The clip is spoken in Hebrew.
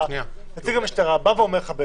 נציג המשטרה בא ואומר לך: